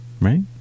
Right